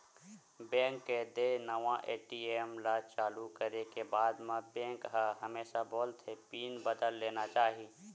bank के देय नवा ए.टी.एम ल चालू करे के बाद म बेंक ह हमेसा बोलथे के पिन बदल लेना चाही